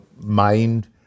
mind